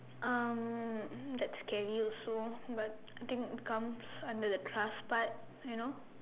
um that's scary also but I think it comes under the trust part you know